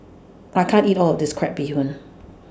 I can't eat All of This Crab Bee Hoon